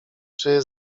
czy